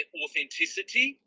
authenticity